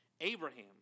Abraham